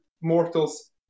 mortals